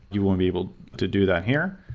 you won't be able to do that here.